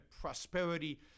prosperity